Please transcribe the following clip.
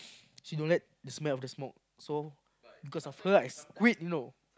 she don't like the smell of the smoke so because of her I quit you know